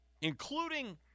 including –